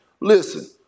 Listen